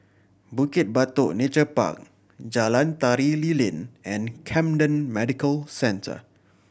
Bukit Batok Nature Park Jalan Tari Lilin and Camden Medical Centre